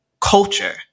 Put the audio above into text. culture